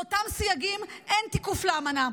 באותם סייגים אין תיקוף לאמנה.